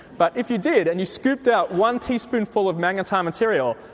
but if you did and you scooped out one teaspoonful of magnetar material,